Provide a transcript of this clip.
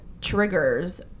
triggers